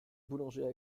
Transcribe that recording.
boulanger